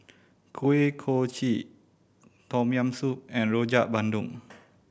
Kuih Kochi Tom Yam Soup and Rojak Bandung